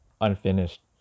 unfinished